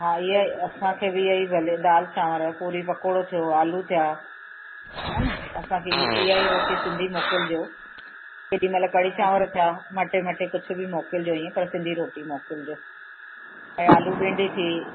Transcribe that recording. हा इहो असांखे बि इहो ई भले दालि चांवर पुरी पकोड़ो थियो आलू थिया हान असांखे इअं ई रोटी सिंधी मोकिलिजो केॾी महिल कढ़ी चांवर थिया मटे मटे कुझु बि मोकिलिजो इअं पर सिंधी रोटी मोकिलिजो भई आलू भिंडी थी